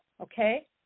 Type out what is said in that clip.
okay